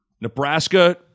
Nebraska